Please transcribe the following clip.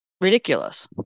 ridiculous